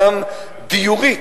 גם דיורית,